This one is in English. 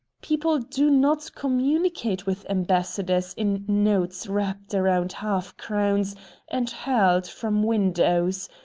people do not communicate with ambassadors in notes wrapped around half-crowns and hurled from windows.